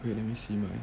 wait let me see mine